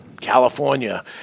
California